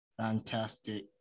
Fantastic